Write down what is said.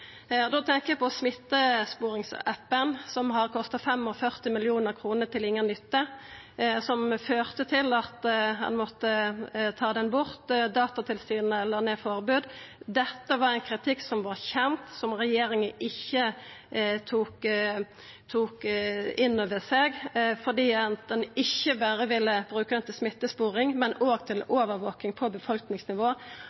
og setja i karantene. Da tenkjer eg på smittesporings-appen, som har kosta 45 mill. kr til inga nytte, og som førte til at ein måtte ta han bort. Datatilsynet la ned forbod. Dette var ein kritikk som var kjend, som regjeringa ikkje tok inn over seg, og kom av at ein ikkje berre ville bruka det til smittesporing, men òg til